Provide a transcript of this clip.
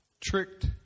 tricked